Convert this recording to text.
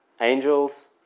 angels